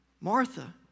Martha